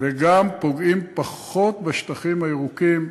וגם פוגעים פחות בשטחים הירוקים,